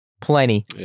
Plenty